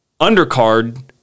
undercard